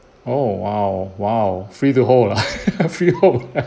oh !wow! !wow! free to hold ah freehold